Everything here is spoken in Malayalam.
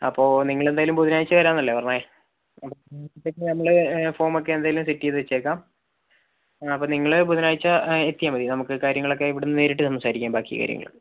അപ്പോൾ നിങ്ങളെന്തായാലും ബുധനാഴ്ച വരാമെന്നല്ലെ പറഞ്ഞത് അപ്പോഴത്തേക്കും നമ്മള് ഫോമൊക്കെ എന്തായാലും സെറ്റ് ചെയ്തുവെച്ചേക്കാം അപ്പോൾ നിങ്ങള് ബുധനാഴ്ച എത്തിയാൽ മതി നമുക്ക് കാര്യങ്ങളൊക്കെ ഇവിടുന്ന് നേരിട്ട് സംസാരിക്കാം ബാക്കി കാര്യങ്ങള്